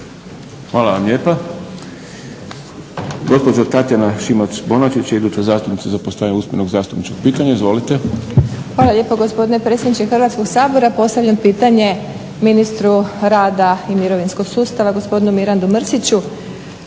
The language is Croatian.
Hvala vam lijepa. Gospođa Tatjana Šimac-Bonačić je iduća zastupnica za postavljanje usmenog zastupničkog pitanja. Izvolite. **Šimac Bonačić, Tatjana (SDP)** Hvala lijepo gospodine predsjedniče Hrvatskog sabora. Postavljam pitanje ministru rada i mirovinskog sustava gospodinu Mirandu Mrsiću.